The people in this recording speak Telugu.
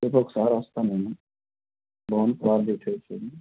రేపు ఒకసారి వస్తాను నేను బాగుంది కారు డీటెయిల్స్ చేయండి